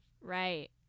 Right